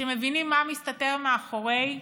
כשמבינים מה מסתתר מאחורי,